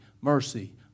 mercy